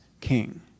king